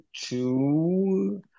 two